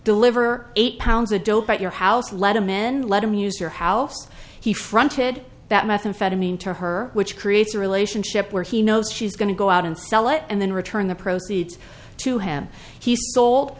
deliver eight pounds a dope at your house let a man let him use your house he fronted that methamphetamine to her which creates a relationship where he knows she's going to go out and sell it and then return the proceeds to him he sold